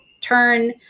turn